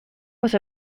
was